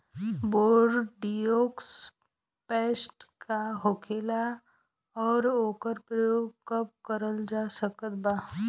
Bordeaux paste का होखेला और ओकर प्रयोग कब करल जा सकत बा?